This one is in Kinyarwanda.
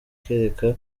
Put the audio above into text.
kereka